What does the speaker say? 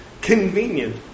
convenient